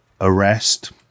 arrest